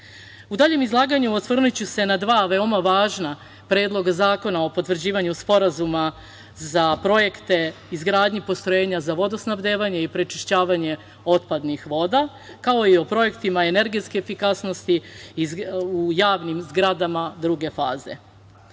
daljem izlaganju osvrnuću se na dva veoma važna predloga zakona o potvrđivanju sporazuma za projekte izgradnje postrojenja za vodosnabdevanje i prečišćavanje otpadnih voda, kao i o projektima energetske efikasnosti u javnim zgradama druge